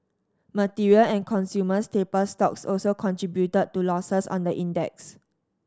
material and consumer staple stocks also contributed to losses on the index